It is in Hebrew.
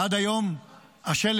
עד היום שלט